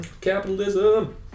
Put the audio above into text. Capitalism